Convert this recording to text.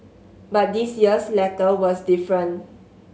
but this year's letter was different